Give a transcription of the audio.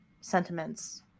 sentiments